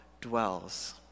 dwells